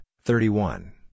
thirty-one